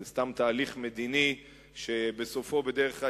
זה סתם תהליך מדיני שבסופו בדרך כלל